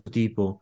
tipo